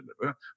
deliver